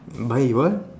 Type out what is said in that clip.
buy what